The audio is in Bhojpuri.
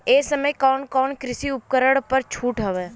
ए समय कवन कवन कृषि उपकरण पर छूट ह?